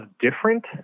different